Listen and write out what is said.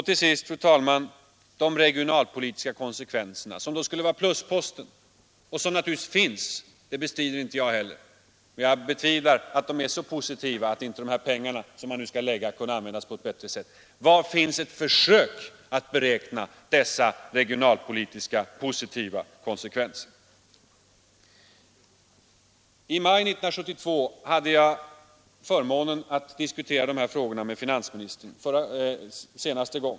Till sist, fru talman, de regionalpolitiska konsekvenserna som skulle vara plusposten och som naturligtvis finns — det bestrider inte jag heller, men jag betvivlar att konsekvenserna är så positiva att inte de satsade pengarna skulle kunna användas på ett bättre sätt. Var finns ett försök att beräkna dessa regionalpolitiska, positiva konsekvenser? I maj 1972 hade jag senast förmånen att diskutera dessa frågor med finansministern.